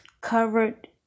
covered